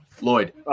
Lloyd